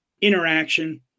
interaction